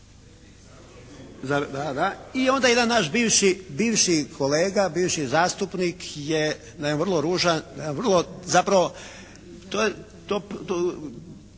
i onda jedan naš bivši kolega, bivši zastupnik je na jedan vrlo ružan, zapravo